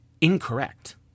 incorrect